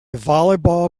volleyball